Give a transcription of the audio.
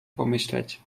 pomyśleć